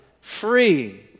free